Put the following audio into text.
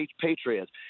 patriots